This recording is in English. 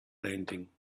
landing